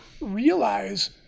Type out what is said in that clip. realize